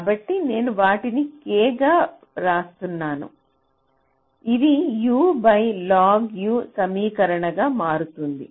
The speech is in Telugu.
కాబట్టి నేను వాటిని K గా వ్రాస్తున్నాను ఇది Ulog సమీకరణంగా మారుతుంది